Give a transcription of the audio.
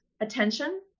attention